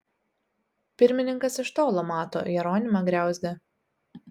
pirmininkas iš tolo mato jeronimą griauzdę